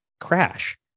crash